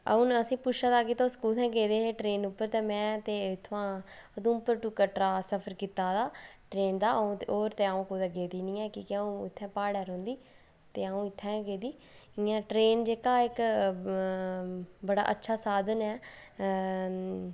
आ हून असें पुच्छे दा कि तुस कत्थैं गेदे हे ट्रेन उप्पर में ते इ'त्थुआं उधमपुर टू कटरा सफर कीत्ता हा ट्रेन दा होर तेअ'ऊ कुते गेदी नीं ऐ कि क्या उत्थै प्हाड़ै रौंह्दी ते अ'ऊं उत्थै गेदी इयां ट्रेन जेह्ड़ी दा इक बड़ा अचछा साधन ऐ